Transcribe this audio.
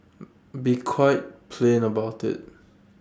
be quite plain about IT